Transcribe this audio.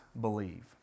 believe